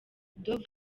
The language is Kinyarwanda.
dove